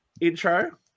intro